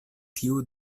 tiu